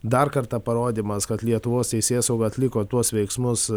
dar kartą parodymas kad lietuvos teisėsauga atliko tuos veiksmus